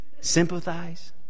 Sympathize